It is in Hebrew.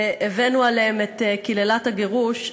והבאנו עליהם את קללת הגירוש,